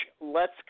lets